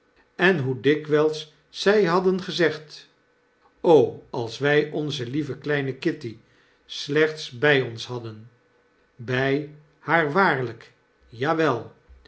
en hoe dikwps zjj hadden gezegd o als wy onze lieve kleine kitty slechts bij ons hadden bfi haar waarlp